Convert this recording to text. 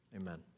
Amen